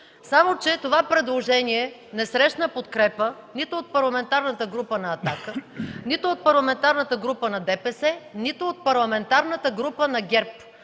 само че това предложение не срещна подкрепа нито от Парламентарната група на „Атака”, нито от Парламентарната група на ДПС, нито от Парламентарната група на ГЕРБ,